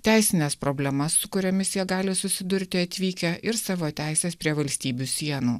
teisines problemas su kuriomis jie gali susidurti atvykę ir savo teises prie valstybių sienų